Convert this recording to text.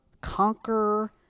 conquer